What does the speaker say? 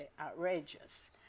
outrageous